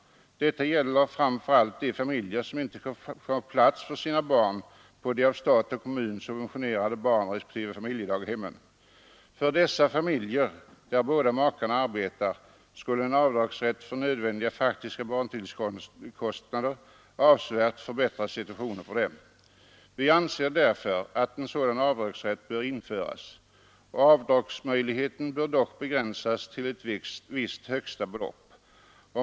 Detta gäller framför allt de familjer, som inte kan få plats för sina barn på de av stat och kommun subventionerade barnrespektive familjedaghemmen. För de familjer där båda makarna arbetar skulle en avdragsrätt för nödvändiga faktiska barntillsynskostnader avsevärt förbättra situationen. Vi anser därför att en sådan avdragsrätt bör införas. Avdragsmöjligheten bör dock begränsas till ett visst högsta belopp.